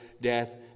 death